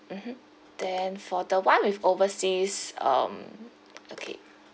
mmhmm then for the one with overseas um okay